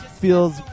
feels